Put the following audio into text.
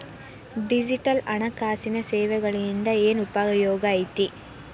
digital ಹಣಕಾಸಿನ ಸೇವೆಗಳಿಂದ ಏನ್ ಉಪಯೋಗೈತಿ